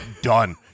done